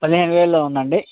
పదిహేను వేలలో ఉందండి